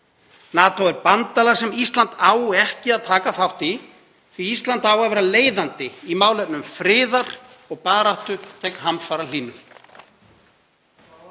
NATO er bandalag sem Ísland á ekki að taka þátt í því að Ísland á að vera leiðandi í málefnum friðar og baráttu gegn hamfarahlýnun.